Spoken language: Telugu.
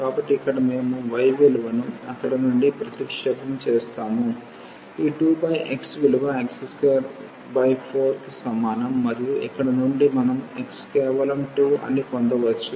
కాబట్టి ఇక్కడ మేము y విలువను అక్కడ నుండి ప్రతిక్షేపం చేస్తాము ఈ 2xవిలువ x24 కి సమానం మరియు ఇక్కడ నుండి మనం x కేవలం 2 అని పొందవచ్చు